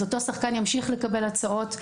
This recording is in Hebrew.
אז אותו שחקן ימשיך לקבל הצעות,